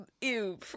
ew